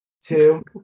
two